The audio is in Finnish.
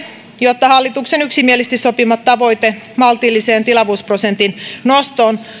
jotta hallituksen yksimielisesti sopima tavoite maltillisesta tilavuusprosentin nostosta